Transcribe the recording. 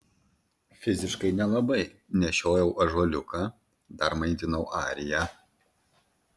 fiziškai nelabai nešiojau ąžuoliuką dar maitinau ariją